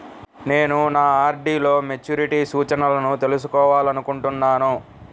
నేను నా ఆర్.డీ లో మెచ్యూరిటీ సూచనలను తెలుసుకోవాలనుకుంటున్నాను